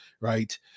Right